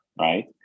right